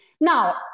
Now